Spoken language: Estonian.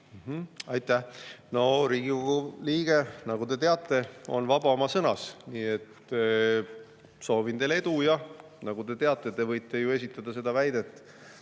Aitäh! No Riigikogu liige, nagu te teate, on vaba oma sõnas. Nii et soovin teile edu. Ja nagu te teate, te võite ju esitada seda väidet